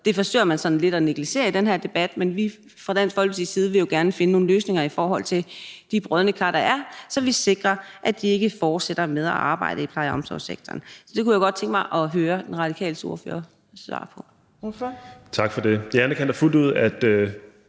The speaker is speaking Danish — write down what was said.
det forsøger man sådan lidt at negligere i den her debat, men vi vil jo fra Dansk Folkepartis side gerne finde nogle løsninger i forhold til de brodne kar, der er, så vi sikrer, at de ikke fortsætter med at arbejde i pleje- og omsorgssektoren. Så det kunne jeg godt tænke mig at høre den radikale ordførers svar på.